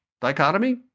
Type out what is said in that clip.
dichotomy